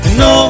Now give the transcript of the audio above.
no